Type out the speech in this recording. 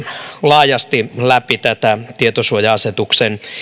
laajasti läpi tätä tietosuoja asetuksen